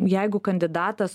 jeigu kandidatas